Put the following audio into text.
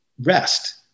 rest